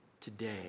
Today